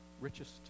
richest